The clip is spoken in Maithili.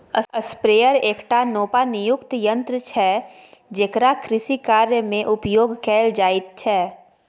स्प्रेयर एकटा नोपानियुक्त यन्त्र छै जेकरा कृषिकार्यमे उपयोग कैल जाइत छै